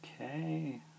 Okay